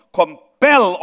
compel